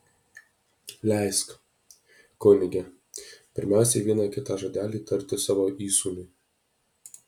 leisk kunige pirmiausia vieną kitą žodelį tarti savo įsūniui